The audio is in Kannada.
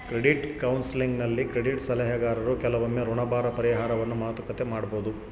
ಕ್ರೆಡಿಟ್ ಕೌನ್ಸೆಲಿಂಗ್ನಲ್ಲಿ ಕ್ರೆಡಿಟ್ ಸಲಹೆಗಾರರು ಕೆಲವೊಮ್ಮೆ ಋಣಭಾರ ಪರಿಹಾರವನ್ನು ಮಾತುಕತೆ ಮಾಡಬೊದು